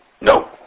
no